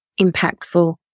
impactful